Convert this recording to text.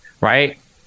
right